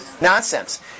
nonsense